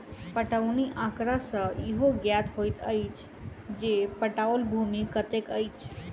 पटौनी आँकड़ा सॅ इहो ज्ञात होइत अछि जे पटाओल भूमि कतेक अछि